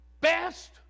best